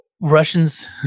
Russians